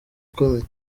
ukomeye